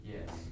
Yes